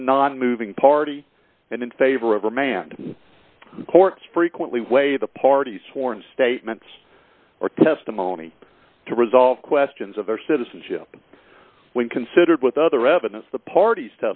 of a nonmoving party and in favor of remand courts frequently weigh the parties for an statements or testimony to resolve questions of their citizenship when considered with other evidence the part